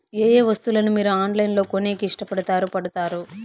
ఏయే వస్తువులను మీరు ఆన్లైన్ లో కొనేకి ఇష్టపడుతారు పడుతారు?